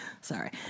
sorry